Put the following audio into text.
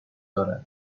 دارد